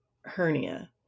hernia